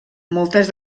moltes